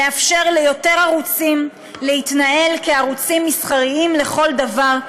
לאפשר ליותר ערוצים להתנהל כערוצים מסחריים לכל דבר,